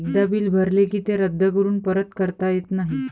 एकदा बिल भरले की ते रद्द करून परत करता येत नाही